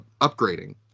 upgrading